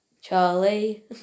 Charlie